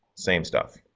same stuff.